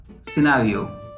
scenario